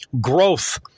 growth